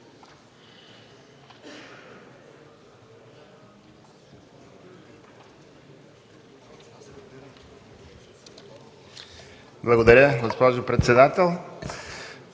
Благодаря, госпожо председател.